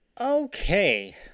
Okay